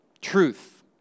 Truth